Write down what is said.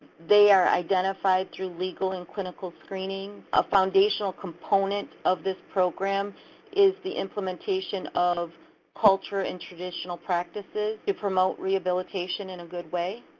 they are identified through legal and clinical screenings. a foundational component of this program is the implementation of culture and traditional practices to promote rehabilitation in a good way.